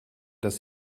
dass